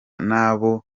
nabo